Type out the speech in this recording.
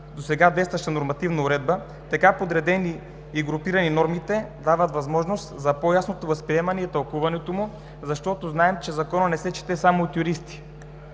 досега действащата нормативна уредба, така подредени и групирани нормите дават възможност за по-ясното възприемане и тълкуването му, защото знаем, че Законът не се чете само от юристи.